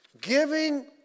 giving